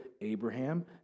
Abraham